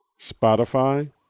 Spotify